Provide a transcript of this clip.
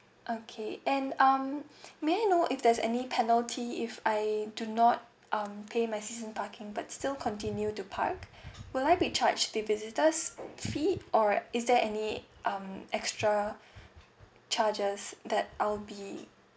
okay and um may I know if there's any penalty if I do not um pay my season parking but still continue to park will I be charge the visitor's fee or is there any um extra charges that I'll be